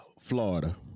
Florida